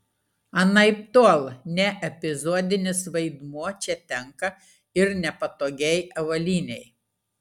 anaiptol ne epizodinis vaidmuo čia tenka ir nepatogiai avalynei